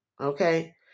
Okay